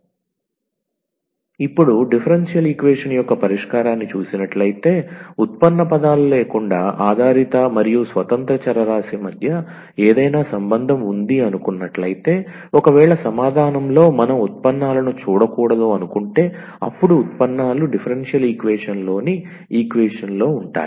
d2ydx2ydydxy0 ఇప్పుడు differential equation యొక్క పరిష్కారాన్ని చూసినట్లైతే ఉత్పన్న పదాలు లేకుండా ఆధారిత మరియు స్వతంత్ర చరరాశి మధ్య ఏదైనా సంబంధం ఉంది అనుకున్నట్లైతే ఒకవేళ సమాధానం లో మనం ఉత్పన్నాలను చూడకూడదనుకుంటే అపుడు ఉత్పన్నాలు డిఫరెన్షియల్ ఈక్వేషన్ లోని ఈక్వేషన్ లో ఉంటాయి